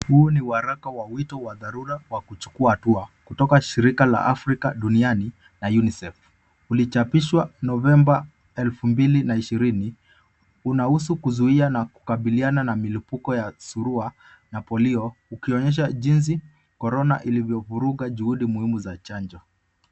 Huu ni waraka wa wito wa dharura wa kuchukua hatua kutoka shirika la Afrika duniani na UNICEF.Ulichapishwa Novemba elfu mbili na ishirini. Unahusu kuzuia na kukabiliana na milipuko ya surua na polio ukionyesha jinsi korona ilivyovuruga juhudi muhimu za chanjo.